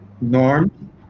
Norm